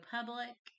Public